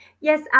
Yes